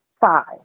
five